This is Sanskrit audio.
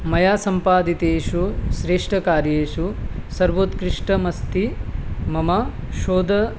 मया सम्पादितेषु श्रेष्ठकार्येषु सर्वोत्कृष्टम् अस्ति मम शोधः